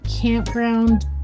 campground